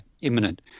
imminent